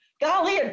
Golly